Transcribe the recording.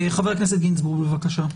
חבר הכנסת גינזבורג, בבקשה.